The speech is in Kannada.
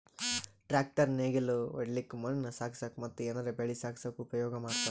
ಟ್ರ್ಯಾಕ್ಟರ್ ನೇಗಿಲ್ ಹೊಡ್ಲಿಕ್ಕ್ ಮಣ್ಣ್ ಸಾಗಸಕ್ಕ ಮತ್ತ್ ಏನರೆ ಬೆಳಿ ಸಾಗಸಕ್ಕ್ ಉಪಯೋಗ್ ಮಾಡ್ತಾರ್